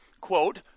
quote